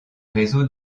réseau